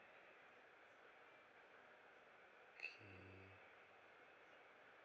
K